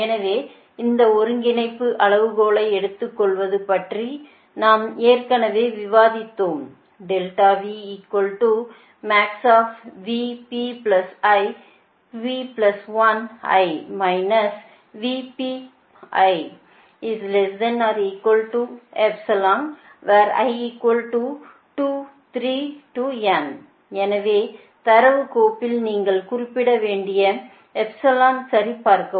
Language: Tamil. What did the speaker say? எனவே இந்த ஒருங்கிணைப்பு அளவுகோல்களை எடுத்துக்கொள்வது பற்றி நாம் ஏற்கனவே விவாதித்தோம் எனவே தரவு கோப்பில் நீங்கள் குறிப்பிட வேண்டிய எப்சிலனை சரிபார்க்கவும்